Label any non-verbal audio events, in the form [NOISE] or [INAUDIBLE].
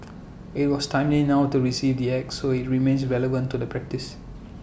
[NOISE] IT was timely now to receive the act so IT remains relevant to the practice